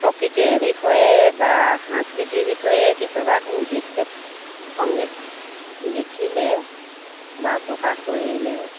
প্ৰকৃতিৰ বিষয়ে বা সংস্কৃতিৰ বিষয়ে কিছুমান গীত সংগীত লিখিলে বা প্ৰকাশ কৰিলে